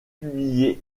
publié